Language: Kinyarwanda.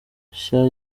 nshya